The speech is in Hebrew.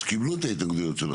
אז קיבלו את ההתנגדויות שלכם.